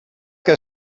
que